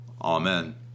amen